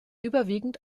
überwiegend